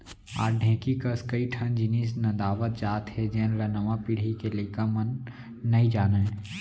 आज ढेंकी कस कई ठन जिनिस नंदावत जात हे जेन ल नवा पीढ़ी के लइका मन नइ जानयँ